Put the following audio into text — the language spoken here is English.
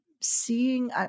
seeing